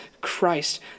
Christ